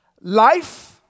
life